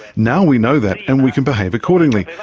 now we know that and we can behave accordingly.